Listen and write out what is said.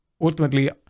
ultimately